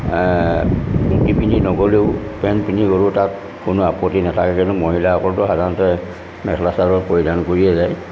ধূতি পিন্ধি নগ'লেও পেণ্ট পিন্ধি গ'লেও তাত কোনো আপত্তি নাথাকে কিন্তু মহিলাসকলটো সাধাৰণতে মেখেলা চাদৰ পৰিধান কৰিয়ে যায়